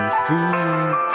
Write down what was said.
see